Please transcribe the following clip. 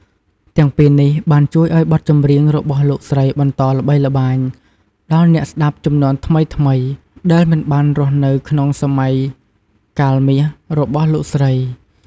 ទាំងពីរនេះបានជួយឲ្យបទចម្រៀងរបស់លោកស្រីបន្តល្បីល្បាញដល់អ្នកស្តាប់ជំនាន់ថ្មីៗដែលមិនបានរស់នៅក្នុងសម័យកាលមាសរបស់លោកស្រី។